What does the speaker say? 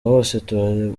hose